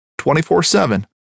24-7